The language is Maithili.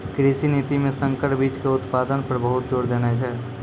कृषि नीति मॅ संकर बीच के उत्पादन पर बहुत जोर देने छै